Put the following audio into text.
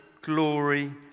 glory